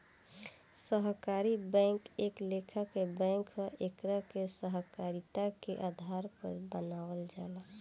सहकारी बैंक एक लेखा के बैंक ह एकरा के सहकारिता के आधार पर बनावल जाला